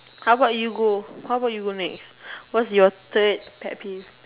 how about you go how about you go next what's your third pet peeve